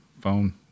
phone